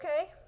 Okay